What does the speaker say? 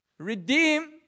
Redeem